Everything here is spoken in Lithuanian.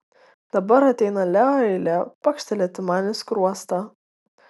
dabar ateina leo eilė pakštelėti man į skruostą